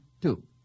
two